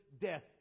death